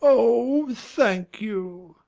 oh, thank you!